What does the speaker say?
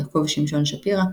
יעקב שמשון שפירא,